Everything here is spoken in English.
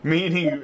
Meaning